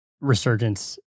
resurgence